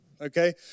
okay